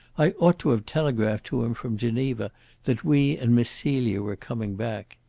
i ought to have telegraphed to him from geneva that we and miss celia were coming back.